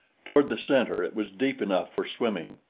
toward the center it was deep enough for swimming,